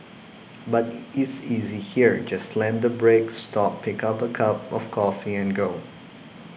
but is easy here just slam the brake stop pick a cup of coffee and go